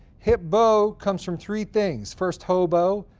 hipbo comes from three things, first hobo,